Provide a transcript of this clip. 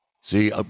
See